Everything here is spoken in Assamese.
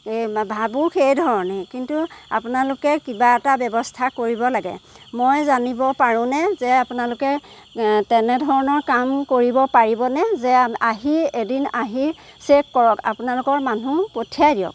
এ ভাবো সেইধৰণে কিন্তু আপোনালোকে কিবা এটা ব্যৱস্থা কৰিব লাগে মই জানিব পাৰো নে যে আপোনালোকে তেনে ধৰণৰ কাম কৰিব পাৰিব নে যে আহি এদিন আহি চেক কৰক আপোনালোকৰ মানুহ পঠিয়াই দিয়ক